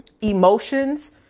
emotions